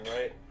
right